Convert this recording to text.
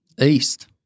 East